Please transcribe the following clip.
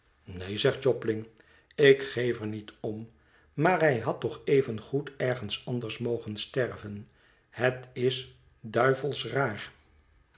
neen zégt jobling ik geef er niet om maar hij had toch evengoed ergens anders mogen sterven het is duivels raar